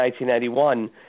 1991